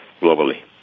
globally